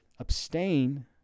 abstain